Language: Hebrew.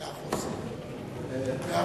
מאה אחוז.